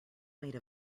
made